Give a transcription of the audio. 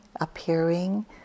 appearing